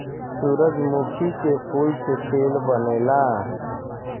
सूरजमुखी के फूल से तेल बनेला